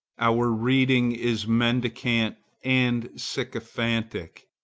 our reading is mendicant and sycophantic.